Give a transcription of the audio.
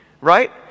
right